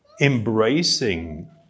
embracing